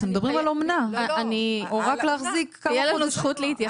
מדברים על אומנה, או רק להחזיק כמה חודשים.